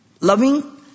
Loving